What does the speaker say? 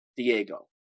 Diego